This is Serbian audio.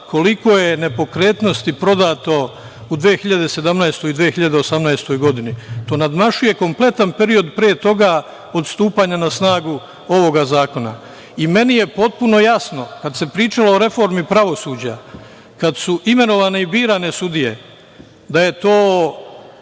koliko je nepokretnosti prodato u 2017. i 2018. godini. To nadmašuje kompletan period pre toga, od stupanja na snagu ovog zakona. Meni je potpuno jasno, kad se pričalo o reformi pravosuđa, kad su imenovane i birane sudije, da je to